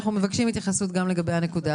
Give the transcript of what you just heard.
אנחנו מבקשים התייחסות גם לגבי הנקודה הזאת.